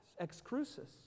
excrucis